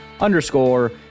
Underscore